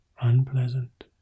unpleasant